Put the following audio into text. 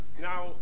Now